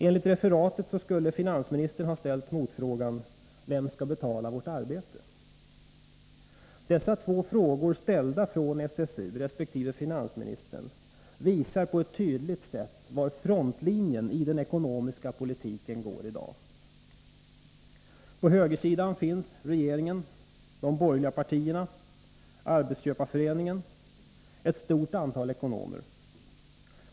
Enligt referatet skulle finansministern ha ställt motfrågan: Vem skall betala vårt arbete? Dessa två frågor ställda från SSU resp. finansministern visar på ett tydligt sätt var frontlinjen i den ekonomiska politiken går i dag. På högersidan finns regeringen, de borgerliga partierna, arbetsköparföreningen och ett stort antal ekonomer.